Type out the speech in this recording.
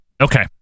okay